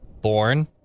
born